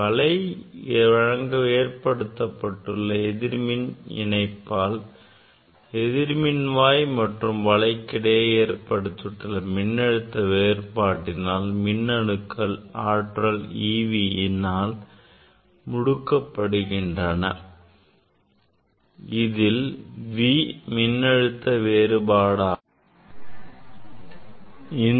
வலையில் ஏற்படுத்தப்பட்டுள்ள எதிர்மின் இணைப்பால் எதிர்மின்வாய் மற்றும் வலைக்கு இடையே ஏற்படுத்தப்பட்டுள்ள மின்னழுத்த வேறுபாட்டினால் மின் அணுக்கள் ஆற்றல் e V eனால் முடுக்கப்படுகின்றன இதில் V மின்னழுத்த வேறுபாடு ஆகும்